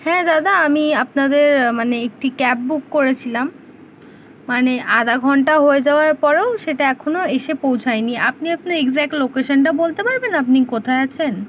হ্যাঁ দাদা আমি আপনাদের মানে একটি ক্যাব বুক করেছিলাম মানে আধা ঘন্টা হয়ে যাওয়ার পরেও সেটা এখনও এসে পৌঁছায়নি আপনি আপনার এক্সাক্ট লোকেশনটাও বলতে পারবেন আপনি কোথায় আছেন